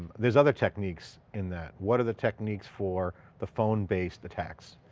there's other techniques in that. what are the techniques for the phone based attacks?